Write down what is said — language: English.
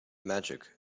magic